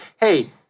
hey